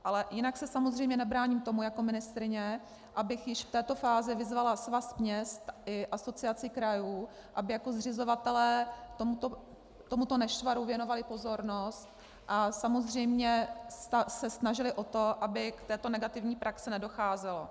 Ale jinak se samozřejmě nebráním tomu jako ministryně, abych již v této fázi vyzvala Svaz měst i Asociaci krajů, aby jako zřizovatelé tomuto nešvaru věnovaly pozornost a samozřejmě se snažily o to, aby k této negativní praxi nedocházelo.